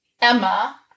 Emma